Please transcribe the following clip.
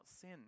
sin